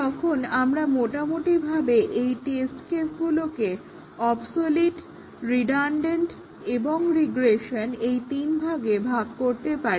তখন আমরা মোটামুটিভাবে এই টেস্ট কেসগুলোকে অবসলিট রিডানডেন্ট এবং রিগ্রেশন তিন ভাগে ভাগ করতে পারি